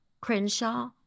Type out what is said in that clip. Crenshaw